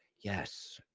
yes.